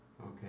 Okay